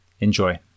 Enjoy